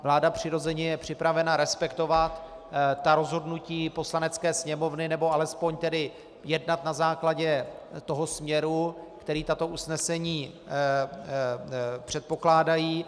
Vláda přirozeně je připravena respektovat ta rozhodnutí Poslanecké sněmovny, nebo alespoň jednat na základě toho směru, který tato usnesení předpokládají.